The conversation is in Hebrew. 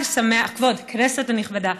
כבוד הכנסת הנכבדה,